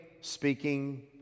speaking